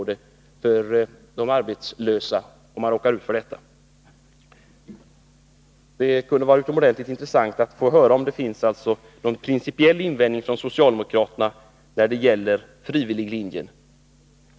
Det kunde vara utomordentligt intressant att få höra om det finns någon principiell invändning från socialdemokraterna när det gäller frivilliglinjen.